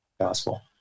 gospel